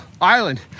island